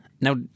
now